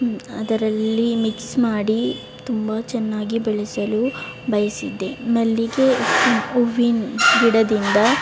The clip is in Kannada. ಅದರಲ್ಲಿ ಮಿಕ್ಸ್ ಮಾಡಿ ತುಂಬ ಚೆನ್ನಾಗಿ ಬೆಳೆಸಲು ಬಯಸಿದ್ದೆ ಮಲ್ಲಿಗೆ ಹೂವಿನ ಗಿಡದಿಂದ